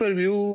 view